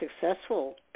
successful